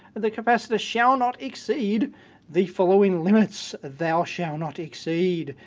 the capacitor shall not exceed the following limits. thou shall not exceed!